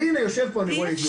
והנה, יושב פה אני רואה היום.